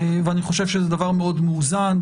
ואני חושב שזה דבר מאוד מאוזן.